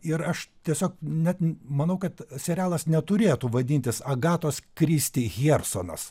ir aš tiesiog net manau kad serialas neturėtų vadintis agatos kristi hjersonas